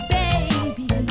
baby